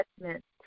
investments